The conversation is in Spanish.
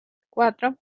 cuatro